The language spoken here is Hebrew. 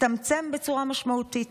תצטמצם בצורה משמעותית.